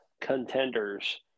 contenders